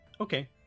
Okay